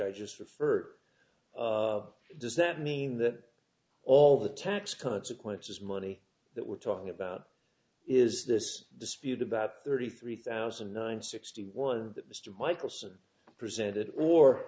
i just referred does that mean that all the tax consequences money that we're talking about is this dispute about thirty three thousand nine hundred sixty one that mr michelson presented or